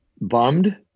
bummed